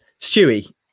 stewie